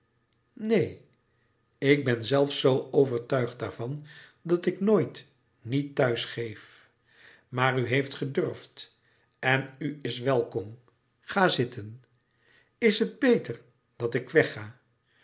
neen ik ben zelfs zoo overtuigd daarvan dat ik nooit niet thuis geef maar u heeft gedurfd en u is welkom ga zitten is het beter dat ik wegga